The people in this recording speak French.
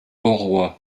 auroi